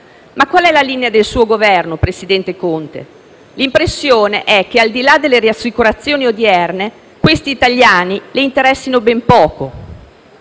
Ma qual è la linea del suo Governo, presidente Conte? L'impressione è che, al di là delle rassicurazioni odierne, questi italiani le interessino ben poco.